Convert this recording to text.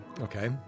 Okay